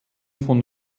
von